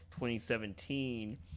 2017